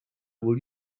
will